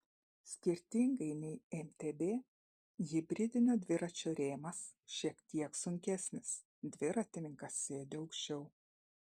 skirtingai nei mtb hibridinio dviračio rėmas šiek tiek sunkesnis dviratininkas sėdi aukščiau